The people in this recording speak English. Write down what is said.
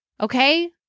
Okay